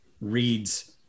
reads